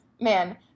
Man